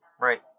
right